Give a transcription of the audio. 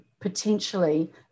potentially